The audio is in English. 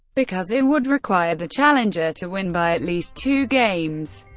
because it would require the challenger to win by at least two games.